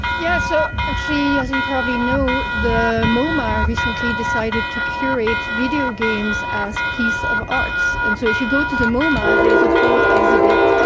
yeah. so, actually as you probably knew, the moma recently decided to curate video games as piece of arts. and so, if you go to the moma, there is a whole exhibit. ah